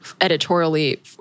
editorially